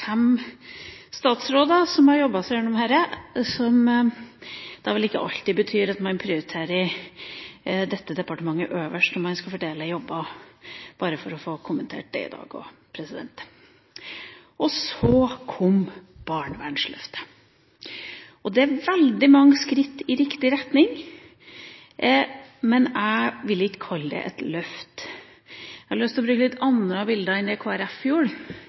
fem statsråder som har jobbet seg gjennom dette, som da vel ikke alltid betyr at man prioriterer dette departementet øverst når man skal fordele jobber, bare for å få kommentert det i dag også. Så kom barnevernsløftet. Det er veldig mange skritt i riktig retning, men jeg vil ikke kalle det et løft. Jeg har lyst til å bruke litt andre bilder enn